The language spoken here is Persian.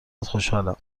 خوشحالم